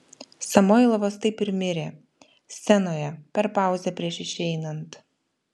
samoilovas taip ir mirė scenoje per pauzę prieš išeinant